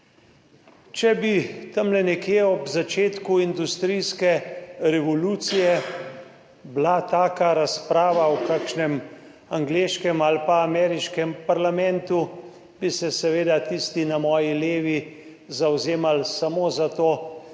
bi bila tam nekje ob začetku industrijske revolucije taka razprava v kakšnem angleškem ali pa ameriškem parlamentu, bi se seveda tisti na moji levi zavzemali samo za to,